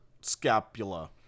scapula